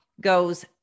Goes